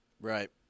Right